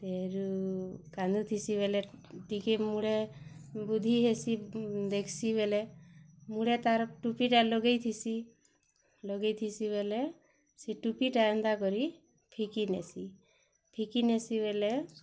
ତେରୁ କାନ୍ଧୁଥିସି ବୋଇଲେ ଟିକେ ମୁଡ଼େ ବୁଦ୍ଧି ହେସି ଦେଖ୍ସି ବୋଲେ ତା'ର ଟୁପି ଟା ଲଗେଇଥିସି ଲଗେଇଥିସି ବୋଲେ ସେ ଟୁପିଟା ଏନ୍ତା କରି ଫିକି ନେସି ଫିକି ନେସି ବେଲେ